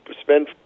spend